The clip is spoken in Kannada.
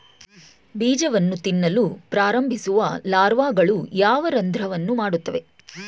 ಬೀಜವನ್ನು ತಿನ್ನಲು ಪ್ರಾರಂಭಿಸುವ ಲಾರ್ವಾಗಳು ಯಾವ ರಂಧ್ರವನ್ನು ಮಾಡುತ್ತವೆ?